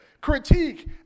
critique